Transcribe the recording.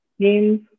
Games